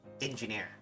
Engineer